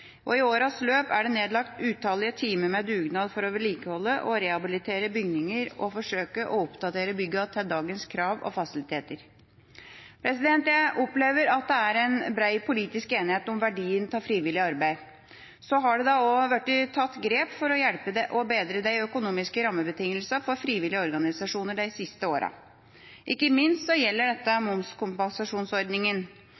og i årenes løp er det nedlagt utallige timer med dugnad for å vedlikeholde og rehabilitere bygningene og forsøke å oppdatere byggene til dagens krav og fasiliteter. Jeg opplever at det er en bred politisk enighet om verdien av frivillig arbeid. Så har det da også blitt tatt grep for å bedre de økonomiske rammebetingelsene for frivillige organisasjoner de siste årene. Ikke minst gjelder dette